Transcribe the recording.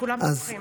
כולנו תומכים.